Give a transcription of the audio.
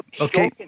Okay